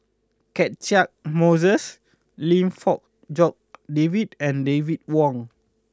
Catchick Moses Lim Fong Jock David and David Wong